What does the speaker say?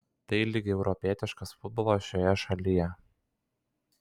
tai lyg europietiškas futbolas šioje šalyje